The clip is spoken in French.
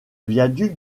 viaduc